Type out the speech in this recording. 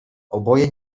oboje